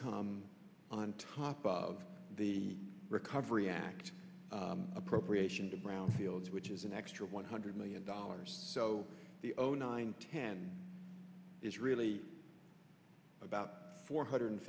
come on top of the recovery act appropriation to brownfield which is an extra one hundred million dollars so the own nine ten is really about four hundred